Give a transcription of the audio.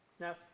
Now